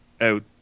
out